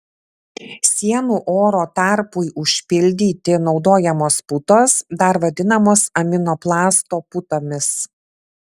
sienų oro tarpui užpildyti naudojamos putos dar vadinamos aminoplasto putomis